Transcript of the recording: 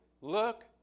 Look